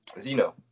Zeno